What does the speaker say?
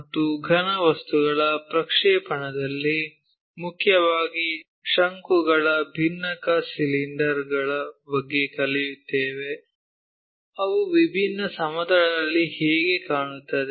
ಮತ್ತು ಘನವಸ್ತುಗಳ ಪ್ರಕ್ಷೇಪಣದಲ್ಲಿ ಮುಖ್ಯವಾಗಿ ಶಂಕುಗಳ ಭಿನ್ನಕ ಸಿಲಿಂಡರ್ ಗಳ ಬಗ್ಗೆ ಕಲಿಯುತ್ತೇವೆ ಅವು ವಿಭಿನ್ನ ಸಮತಲಗಳಲ್ಲಿ ಹೇಗೆ ಕಾಣುತ್ತವೆ